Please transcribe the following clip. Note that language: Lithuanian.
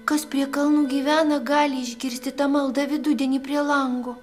kas prie kalnų gyvena gali išgirsti tą maldą vidudienį prie lango